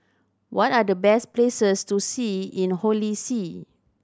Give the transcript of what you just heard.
what are the best places to see in Holy See